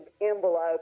envelope